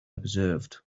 observed